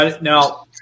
now